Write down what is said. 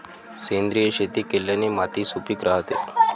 सेंद्रिय शेती केल्याने माती सुपीक राहते